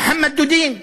מוחמד דודין,